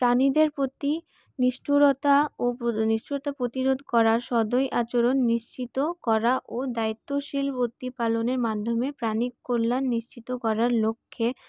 প্রাণীদের প্রতি নিষ্ঠুরতা ও নিষ্ঠুরতা প্রতিরোধ করা সদয় আচরণ নিশ্চিত করা ও দায়িত্বশীল পালনের মাধ্যমে প্রাণী কল্যাণ নিশ্চিত করার লক্ষ্যে